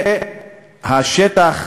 והשטח,